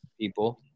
people